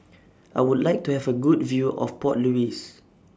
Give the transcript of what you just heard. I Would like to Have A Good View of Port Louis